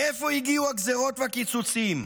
מאיפה הגיעו הגזרות והקיצוצים?